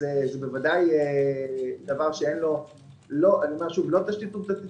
זה בוודאי דבר שאין לו תשתית עובדתית